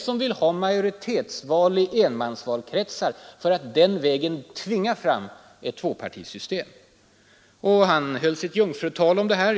Han vill ha majoritetsval i enmansvalkretsar för att den vägen tvinga fram ett tvåpartisystem. I sitt jungfrutal i riksdagen talade han om det här.